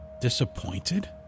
disappointed